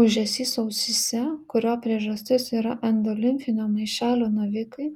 ūžesys ausyse kurio priežastis yra endolimfinio maišelio navikai